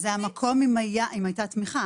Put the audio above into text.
אין פסיכולוגים ציבוריים ואנשים מחכים שנה וחצי.